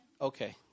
Okay